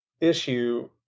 issue